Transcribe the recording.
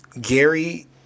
Gary